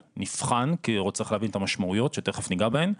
כי צריך להבין את המשמעויות שתיכף ניגע בהן,